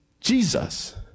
Jesus